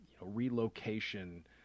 relocation